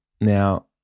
Now